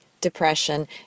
depression